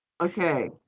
Okay